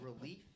relief